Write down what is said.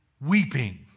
weeping